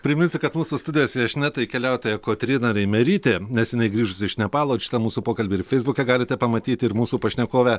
priminsiu kad mūsų studijos viešnia tai keliautoja kotryna reimerytė neseniai grįžusi iš nepalo šitą mūsų pokalbį ir feisbuke galite pamatyti ir mūsų pašnekovę